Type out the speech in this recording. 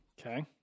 Okay